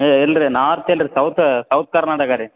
ಏ ಇಲ್ಲ ರೀ ನಾರ್ತ್ ಇಲ್ಲ ರೀ ಸೌತ ಸೌತ್ ಕರ್ನಾಟಕ ರೀ